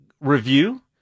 review